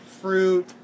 fruit